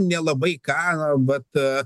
nelabai ką vat